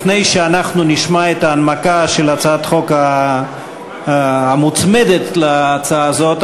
לפני שאנחנו נשמע את ההנמקה של הצעת החוק המוצמדת להצעה הזאת,